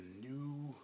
New